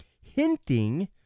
hinting